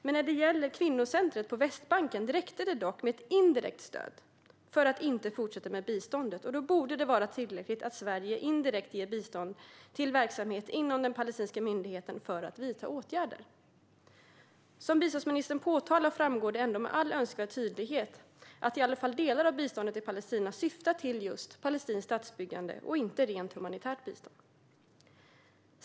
Men när det gällde kvinnocentret på Västbanken räckte det med ett indirekt stöd för att inte fortsätta med biståndet. Då borde det vara tillräckligt att Sverige indirekt ger bistånd till verksamhet inom den palestinska myndigheten för att vidta åtgärder. Av biståndsministerns svar framgår det med all önskvärd tydlighet att i alla fall delar av biståndet till Palestina syftar till palestinskt statsbyggande och inte rent humanitärt bistånd.